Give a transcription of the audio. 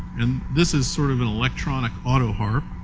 and this is sort of an electronic auto harp.